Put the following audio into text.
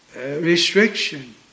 restriction